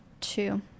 two